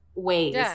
ways